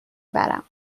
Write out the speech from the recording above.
برم